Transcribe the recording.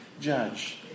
judge